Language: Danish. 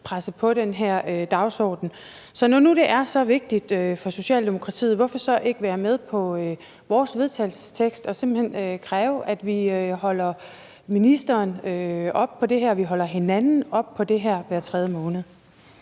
presse på for den her dagsorden. Så når nu det er så vigtigt for Socialdemokratiet, hvorfor så ikke være med på vores vedtagelsestekst og simpelt hen kræve, at vi holder ministeren op på det her, at vi holder hinanden op på det her hver tredje måned?